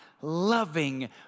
loving